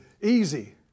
easy